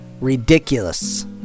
Ridiculous